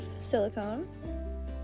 silicone